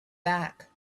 back